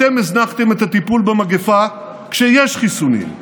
אתם הזנחתם את הטיפול במגפה כשיש חיסונים.